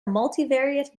multivariate